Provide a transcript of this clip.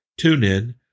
TuneIn